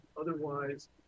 otherwise